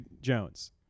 Jones